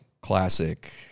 classic